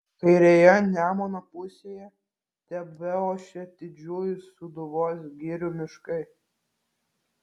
kairėje nemuno pusėje tebeošė didžiųjų sūduvos girių miškai